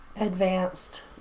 advanced